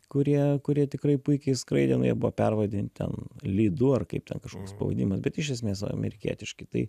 kurie kurie tikrai puikiai skraidė nu jie buvo pervadinti ten lidu ar kaip ten kažkoks pavadinimas bet iš esmės amerikietiški tai